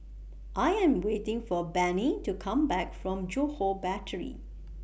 I Am waiting For Bennie to Come Back from Johore Battery